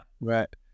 Right